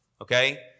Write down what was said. okay